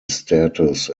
status